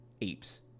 Apes